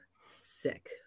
sick